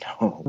no